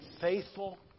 faithful